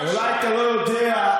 אולי אתה לא יודע,